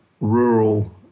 rural